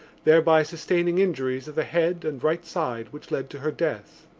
thereby sustaining injuries of the head and right side which led to her death.